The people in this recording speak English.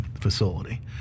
facility